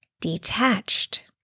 detached